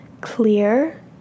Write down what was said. Clear